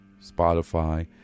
spotify